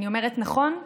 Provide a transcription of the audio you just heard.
אני אומרת נכון?